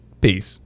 peace